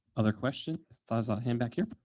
other questions? thought i saw a hand back here.